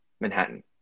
Manhattan